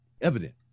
evident